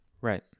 Right